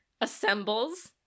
assembles